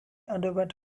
underwent